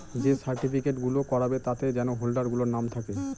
যে সার্টিফিকেট গুলো করাবে তাতে যেন হোল্ডার গুলোর নাম থাকে